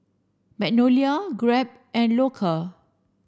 Magnolia Grab and Loacker